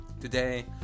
Today